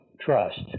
trust